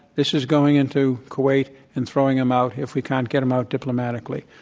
this is going into kuwait and throwing them out if we can't get them out diplomatically.